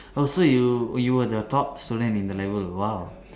oh so you you were the top student in the level !wow!